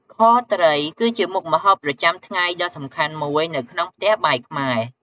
ខត្រីគឺជាមុខម្ហូបប្រចាំថ្ងៃដ៏សំខាន់មួយនៅក្នុងផ្ទះបាយខ្មែរ។